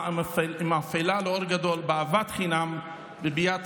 ומאפלה לאור גדול באהבת חינם וביאת